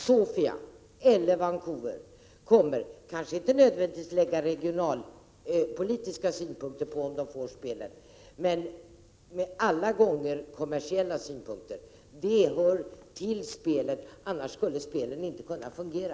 Sofia eller Vancouver kommer kanske inte nödvändigtvis att lägga regionalpolitiska synpunkter på frågan om de får spelen, men utan tvivel kommer de att anlägga kommersiella synpunkter. Det hör till spelen, och annars skulle spelen inte kunna fungera.